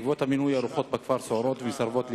בעקבות המינוי הרוחות בכפר סוערות ומסרבות להירגע.